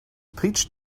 peach